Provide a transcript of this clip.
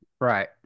Right